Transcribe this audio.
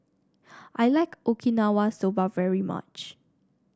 I like Okinawa Soba very much